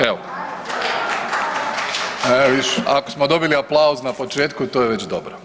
Evo. E vidiš, ako smo dobili aplauz na početku to je već dobro.